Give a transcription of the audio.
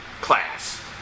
class